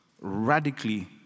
radically